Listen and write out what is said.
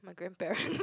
my grandparents